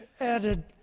added